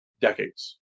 decades